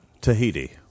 Tahiti